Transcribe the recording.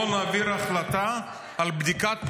בוא נעביר החלטה על בדיקת פוליגרף,